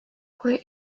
kui